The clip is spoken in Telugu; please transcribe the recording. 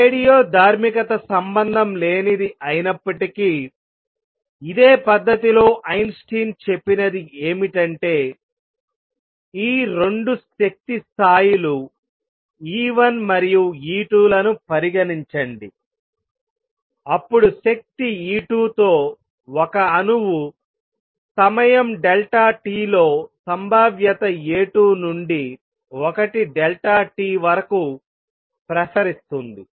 రేడియోధార్మికత సంబంధం లేనిది అయినప్పటికీ ఇదే పద్ధతిలో ఐన్స్టీన్ చెప్పినది ఏమిటంటే ఈ 2 శక్తి స్థాయిలు E1 మరియు E2 లను పరిగణించండి అప్పుడు శక్తి E2 తో ఒక అణువు సమయం t లో సంభావ్యత A2 నుండి 1 t వరకు ప్రసరిస్తుంది